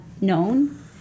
known